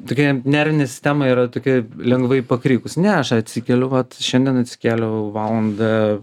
tokia nervinė sistema yra tokia lengvai pakrikus ne aš atsikeliu vat šiandien atsikėliau valandą